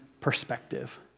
Perspective